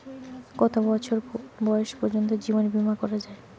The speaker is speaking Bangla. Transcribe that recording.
কত বছর বয়স পর্জন্ত জীবন বিমা করা য়ায়?